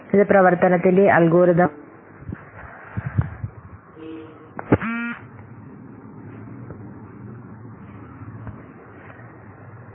ഇത് പ്രവർത്തനത്തിന്റെ അൽഗോരിതം സങ്കീർണ്ണത പരിഗണിക്കുന്നില്ല